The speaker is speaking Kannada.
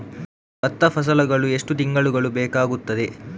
ಭತ್ತ ಫಸಲಾಗಳು ಎಷ್ಟು ತಿಂಗಳುಗಳು ಬೇಕಾಗುತ್ತದೆ?